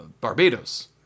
Barbados